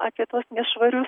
apie tuos nešvarius